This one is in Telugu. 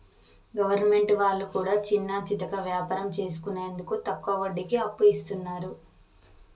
గవర్నమెంట్ వాళ్లు కూడా చిన్నాచితక వ్యాపారం చేసుకునేందుకు తక్కువ వడ్డీకి అప్పు ఇస్తున్నరు